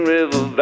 River